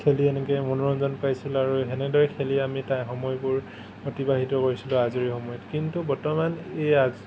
খেলি এনেকৈ মনোৰঞ্জন পাইছিলোঁ আৰু তেনেদৰে খেলি আমি তা সময়বোৰ অতিবাহিত কৰিছিলোঁ আজিৰ সময়ত কিন্তু বৰ্তমান ইয়াত